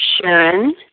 Sharon